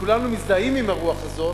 וכולנו מזדהים עם הרוח הזאת,